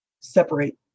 separate